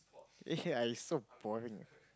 eh yea you so boring man